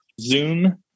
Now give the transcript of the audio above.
Zoom